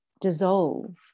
dissolve